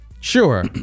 Sure